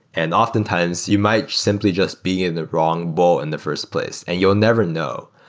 and often times you might simply just be in the wrong bowl in the first place, and you'll never know.